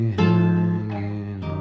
hanging